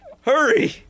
Hurry